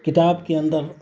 کتاب کے اندر